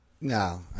No